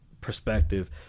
perspective